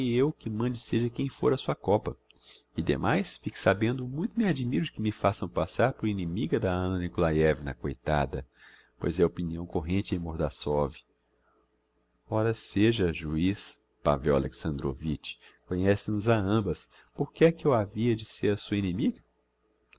eu que mande seja quem fôr á sua copa e demais fique sabendo muito me admiro de que me façam passar por inimiga da anna nikolaievna coitada pois é opinião corrente em mordassov ora seja juiz pavel alexandrovitch conhece nos a ambas por que é que eu havia de ser sua inimiga